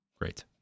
great